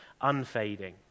unfading